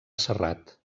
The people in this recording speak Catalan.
serrat